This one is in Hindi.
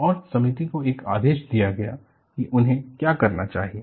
और समिति को एक आदेश दिया गया की उन्हें क्या करना चाहिए